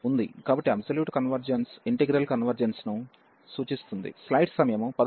కాబట్టి absolute convergence integral convergence ను సూచిస్తుంది